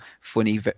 funny